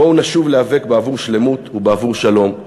בואו נשוב להיאבק בעבור שלמות ובעבור שלום.